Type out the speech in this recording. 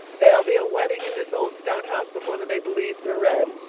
there'll be a wedding in this old stone house before the maple leaves are red.